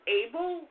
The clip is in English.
able